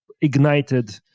ignited